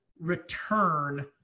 return